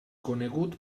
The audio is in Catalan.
conegut